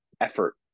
effort